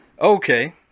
okay